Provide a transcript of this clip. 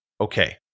Okay